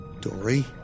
Dory